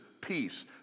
peace